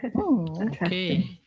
okay